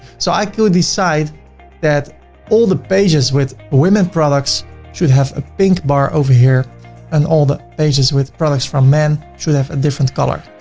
so i could decide that all the pages with women products should have a pink bar over here and all the pages with products for men should have a different color.